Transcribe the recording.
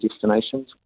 destinations